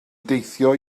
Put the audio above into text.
deithio